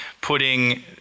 putting